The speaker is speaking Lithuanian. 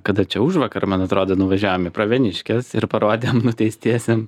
kada čia užvakar man atrodo nuvažiavom į pravieniškes ir parodėm nuteistiesiem